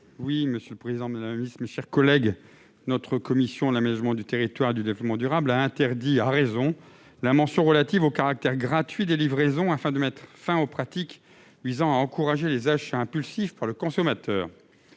est ainsi libellé : La parole est à M. Jean-Pierre Corbisez. Notre commission de l'aménagement du territoire et du développement durable a interdit, à raison, la mention relative au caractère gratuit des livraisons, afin de mettre fin aux pratiques visant à encourager les achats impulsifs par le consommateur.